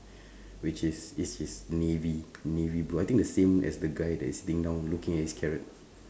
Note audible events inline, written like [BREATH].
[BREATH] which is is is navy navy blue I think the same as the guy that is sitting down looking at his carrot